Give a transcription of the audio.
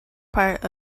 part